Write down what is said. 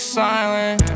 silent